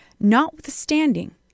Notwithstanding